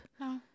no